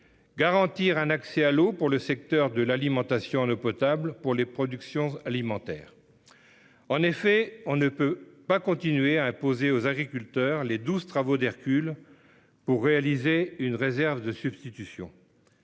garantir l'accès à l'eau du secteur de l'alimentation en eau potable pour les productions alimentaires. En effet, on ne peut pas continuer d'imposer aux agriculteurs d'accomplir les douze travaux d'Hercule pour pouvoir réaliser une réserve de substitution.